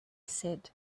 said